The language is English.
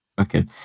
Okay